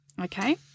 okay